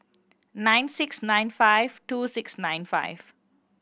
nine six nine five two six nine five